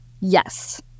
Yes